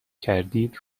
کردید